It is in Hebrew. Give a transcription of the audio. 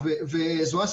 אני מקווה מאוד מאוד.